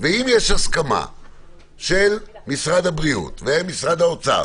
ואם יש הסכמה של משרד הבריאות ומשרד האוצר